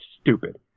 stupid